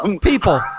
People